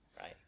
Right